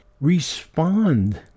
respond